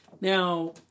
Now